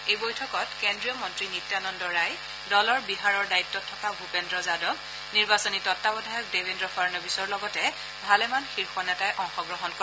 এই বৈঠকত কেন্দ্ৰীয় মন্ত্ৰী নিত্যানন্দ ৰায় দলৰ বিহাৰৰ দায়িত্বত থকা ভূপেন্দ্ৰ যাদৱ নিৰ্বাচনী তত্বাৱধায়ক দেবেন্দ্ৰ ফাড়নাৱিছৰ লগতে ভালেমান শীৰ্ষ নেতাই অংশগ্ৰহণ কৰে